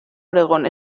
oregon